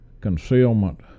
concealment